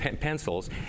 pencils